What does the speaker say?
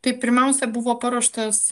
tai pirmiausia buvo paruoštas